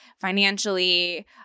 financially